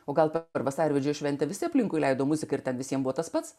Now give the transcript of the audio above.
o gal ir vasarvidžio šventę visi aplinkui leido mums skirta visiems buvo tas pats